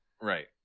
Right